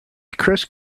chris